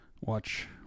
watch